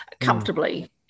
comfortably